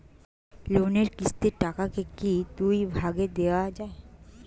লোনের কিস্তির টাকাকে কি দুই ভাগে দেওয়া যায়?